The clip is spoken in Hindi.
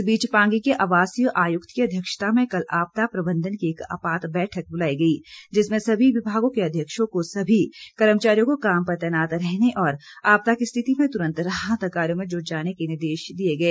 इस बीच पांगी के आवासीय आयुक्त की अध्यक्षता में कल आपदा प्रबंधन की एक आपात बैठक ब्लाई गई जिसमें सभी विभागों के अध्यक्षों को सभी कर्मचारियों को काम पर तैनात रहने और आपदा की स्थिति में तुरंत राहत कार्यों में जुट जाने के निर्देश दिए गए